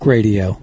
Radio